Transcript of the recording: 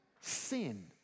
Sin